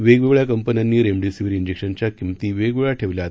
वेगवेगळ्या कंपन्यांनी रेमडेसीवीर जेक्शनच्या किमती वेगवगळ्या ठेवल्या आहेत